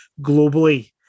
globally